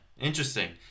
interesting